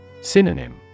Synonym